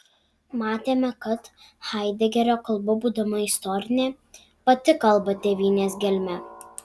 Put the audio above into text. matėme kad haidegerio kalba būdama istorinė pati kalba tėvynės gelme